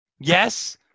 Yes